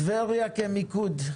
טבריה כמיקוד,